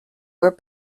were